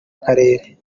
karere